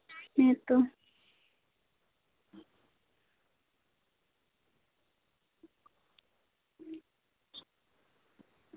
ᱦᱮᱸ ᱛᱚ